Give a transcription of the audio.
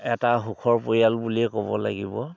এটা সুখৰ পৰিয়াল বুলিয়েই ক'ব লাগিব